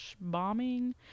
bombing